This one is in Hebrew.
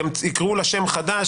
יקראו לה שם חדש,